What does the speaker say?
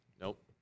Nope